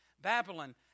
Babylon